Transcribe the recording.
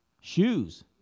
shoes